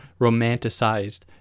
romanticized